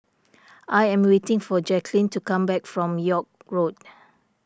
I am waiting for Jacklyn to come back from York Road